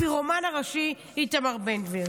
הפירומן הראשי איתמר בן גביר.